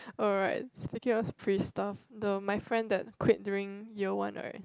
alright speaking of pre stuff the my friend that quit during year one right